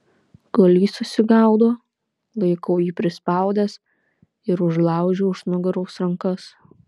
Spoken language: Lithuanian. kol jis susigaudo laikau jį prispaudęs ir užlaužiu už nugaros rankas